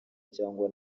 cyangwa